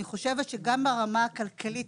אני חושבת שגם ברמה הכלכלית,